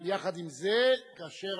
אבל יחד עם זה, כאשר